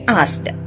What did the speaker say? asked